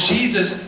Jesus